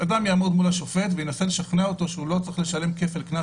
אדם יעמוד מול השופט וינסה לשכנע אותו שהוא לא צריך לשלם כסף או קנס